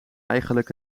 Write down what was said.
eigenlijk